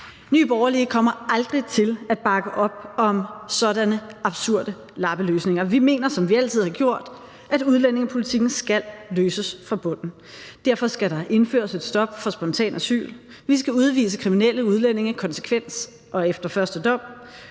Nye Borgerlige kommer aldrig til at bakke op om sådanne absurde lappeløsninger. Vi mener, som vi altid har gjort, at udlændingepolitikken skal løses fra bunden. Derfor skal der indføres et stop for spontant asyl, vi skal udvise kriminelle udlændinge konsekvent og efter første dom,